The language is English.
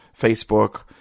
Facebook